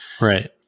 Right